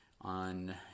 on